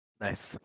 Nice